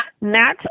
NAT